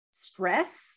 stress